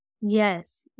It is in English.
Yes